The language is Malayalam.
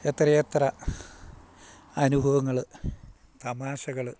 എത്ര എത്ര അനുഭവങ്ങള് തമാശകൾ